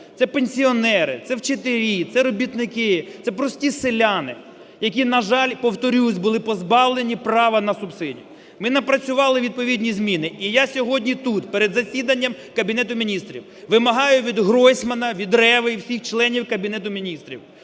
це пенсіонери, це вчителі, це робітники, це прості селяни, які, на жаль, – повторюся – були позбавлені права на субсидію. Ми напрацювали відповідні зміни. І я сьогодні тут, перед засіданням Кабінету Міністрів, вимагаю відГройсмана, від Реви, всіх членів Кабінету Міністрів